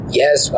yes